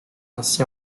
ainsi